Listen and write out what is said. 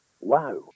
Wow